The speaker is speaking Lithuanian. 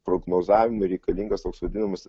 prognozavimui reikalingas toks vadinamas